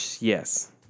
Yes